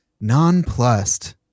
nonplussed